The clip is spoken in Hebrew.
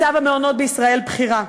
מצב המעונות בישראל בכי רע.